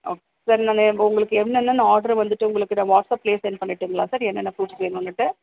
okay sir நான் உங்களுக்கு என்னென்னன்னு ஆட்ரு வந்துட்டு உங்களுக்கு நான் வாட்ஸப்பில் செண்ட் பண்ணிட்டுங்களா சார் என்னென்ன ஃபுரூட்ஸ் வேணுன்னுட்டு